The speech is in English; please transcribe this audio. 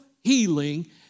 healing